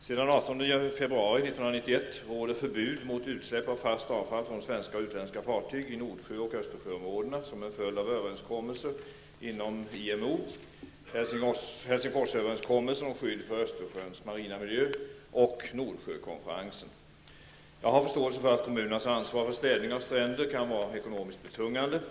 Sedan den 18 februari 1991 råder förbud mot utsläpp av fast avfall från svenska och utländska fartyg i Nordsjö och Östersjöområdena som en följd av överenskommelser inom IMO, Jag har förståelse för att kommunernas ansvar för städning av stränder kan vara ekonomiskt betungande.